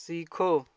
सीखो